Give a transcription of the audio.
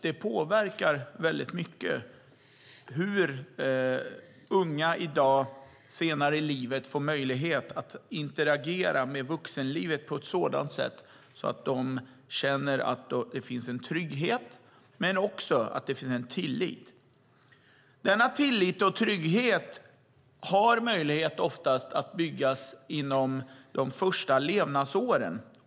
Det påverkar väldigt mycket hur unga i dag senare i livet får möjlighet att interagera med vuxenlivet på ett sådant sätt att de känner att det finns en trygghet men också en tillit. Denna tillit och trygghet har oftast möjlighet att byggas inom de första levnadsåren.